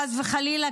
חס וחלילה,